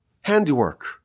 handiwork